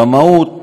במהות,